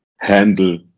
handle